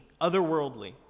otherworldly